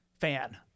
fan